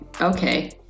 okay